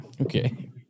Okay